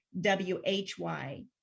W-H-Y